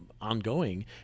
ongoing